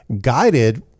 guided